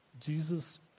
Jesus